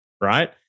right